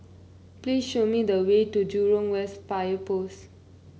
please show me the way to Jurong West Fire Post